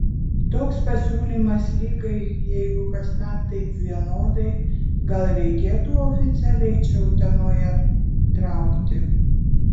toks pasiūlymas lygai jeigu kasmet taip vienodai gal reikėtų oficialiai čia utenoje traukti